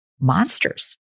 monsters